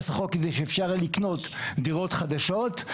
החוק כדי שאפשר יהיה לקנות דירות חדשות,